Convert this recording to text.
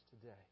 today